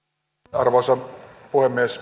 arvoisa puhemies